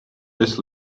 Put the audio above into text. this